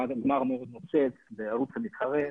גמר מאוד מושך בערוץ המתחרה,